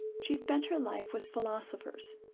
she spent her life with philosophers.